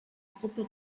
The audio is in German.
gruppe